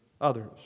others